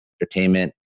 entertainment